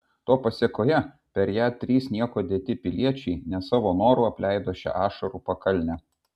to pasėkoje per ją trys nieko dėti piliečiai ne savo noru apleido šią ašarų pakalnę